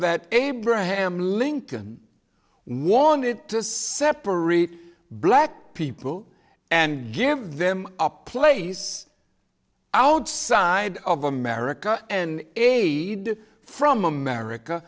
that abraham lincoln wanted to separate black people and give them a place outside of america an aide from america